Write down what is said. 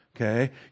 okay